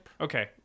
Okay